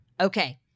Okay